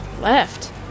left